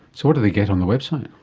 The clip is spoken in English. so what do they get on the website?